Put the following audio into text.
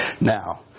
Now